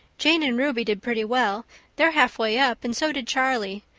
jane and ruby did pretty well they're halfway up and so did charlie.